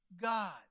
God